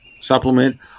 supplement